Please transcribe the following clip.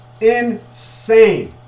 Insane